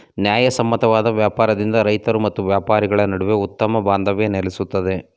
ನ್ಯಾಯಸಮ್ಮತವಾದ ವ್ಯಾಪಾರದಿಂದ ರೈತರು ಮತ್ತು ವ್ಯಾಪಾರಿಗಳ ನಡುವೆ ಉತ್ತಮ ಬಾಂಧವ್ಯ ನೆಲೆಸುತ್ತದೆ